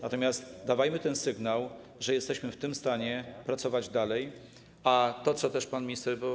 Natomiast dawajmy sygnał, że jesteśmy w tym stanie pracować dalej, a to, co pan minister.